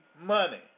money